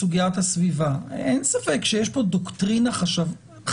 סוגיית הסביבה אין ספק שיש פה דוקטרינה חדשה,